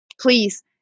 please